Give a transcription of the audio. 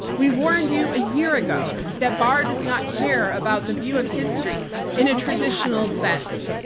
we warned you a year ago that barr does not care about the view of history in a traditional sense,